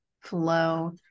flow